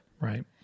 right